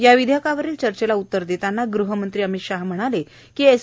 या विधेयकावरील चर्चेला उत्तर देतांना गृहमंत्री अमित शाह म्हणाले की एस